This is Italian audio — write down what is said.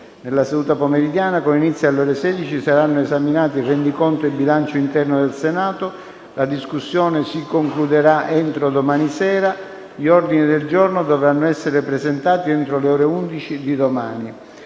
Nella seduta pomeridiana, con inizio alle ore 16, saranno esaminati il rendiconto e il bilancio interno del Senato. La discussione si concluderà entro domani sera. Gli ordini del giorno dovranno essere presentati entro le ore 11 di domani.